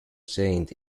saint